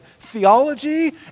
Theology